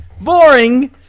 Boring